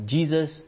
Jesus